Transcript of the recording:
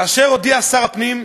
כאשר הודיע שר הפנים,